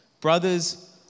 Brothers